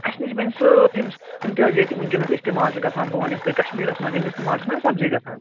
اسہِ نِش بنہِ سٲلِم یِم تہِ ییٚتہٕ وُنکیٚس استعمال چھِ گژھان بہٕ وَنہٕ یِتھ پٲٹھۍ کشمیٖرَس منٛز یِم استعمال چھِنَہ حظ سبزی گَژھان